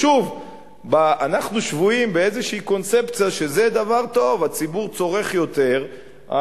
אנחנו שבויים באיזושהי קונספציה שזה דבר טוב: הציבור צורך יותר,